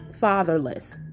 fatherless